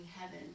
heaven